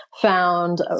found